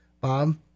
Bob